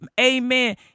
Amen